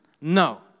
No